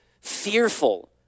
fearful